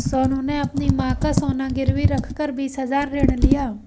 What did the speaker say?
सोनू ने अपनी मां का सोना गिरवी रखकर बीस हजार ऋण लिया